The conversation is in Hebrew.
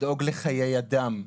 לדאוג לחיי אדם.